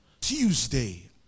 Tuesday